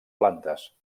plantes